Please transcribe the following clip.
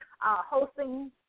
hosting